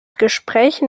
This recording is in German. gesprächen